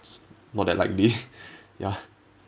s~ not that likely ya